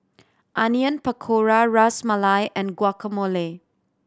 Onion Pakora Ras Malai and Guacamole